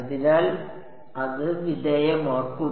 അതിനാൽ അത് വിധേയമാക്കും